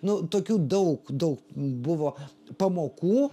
nu tokių daug daug buvo pamokų